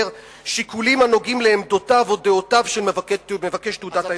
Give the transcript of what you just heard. ושיקולים הנוגעים לעמדותיו או דעותיו של מבקש תעודת ההכשר.